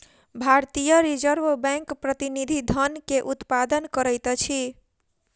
भारतीय Reserve Bank प्रतिनिधि धन के उत्पादन करैत अछि